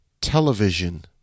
television